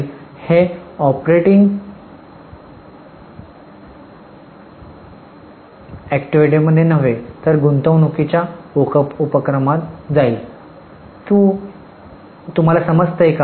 हे ऑपरेटिंग अॅक्टिव्हिटीमध्ये नव्हे तर गुंतवणूकीच्या उपक्रमात जाईल तू मला समजतोस का